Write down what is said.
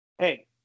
Hey